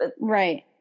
right